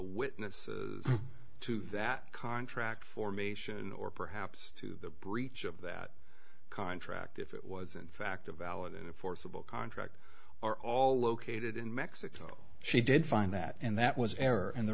witnesses to that contract formation or perhaps to the breach of that contract if it was in fact a valid forcible contract or all located in mexico she did find that and that was error and the